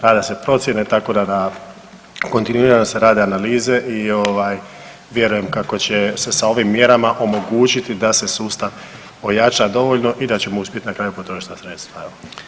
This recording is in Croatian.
Rade se procjene tako da kontinuirano se rade analize i vjerujem kako će se sa ovim mjerama omogućiti da se sustav ojača dovoljno i da ćemo uspjeti na kraju potrošiti sva sredstva.